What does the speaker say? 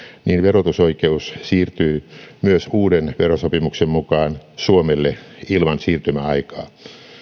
niin verotusoikeus siirtyy myös uuden verosopimuksen mukaan suomelle ilman siirtymäaikaa